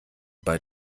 bei